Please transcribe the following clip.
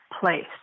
place